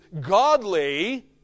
godly